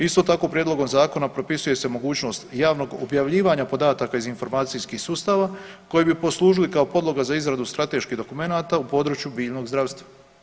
Isto tako prijedlogom zakona propisuje se mogućnost javnog objavljivanja podataka iz informacijskih sustava koji bi poslužili kao podloga za izradu strateških dokumenata u području biljnog zdravstva.